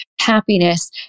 happiness